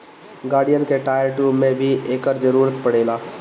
गाड़िन के tyre, tube में भी एकर जरूरत पड़ेला